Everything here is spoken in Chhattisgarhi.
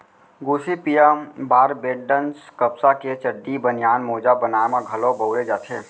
गोसिपीयम बारबेडॅन्स कपसा के चड्डी, बनियान, मोजा बनाए म घलौ बउरे जाथे